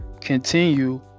continue